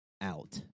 out